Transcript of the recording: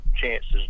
chances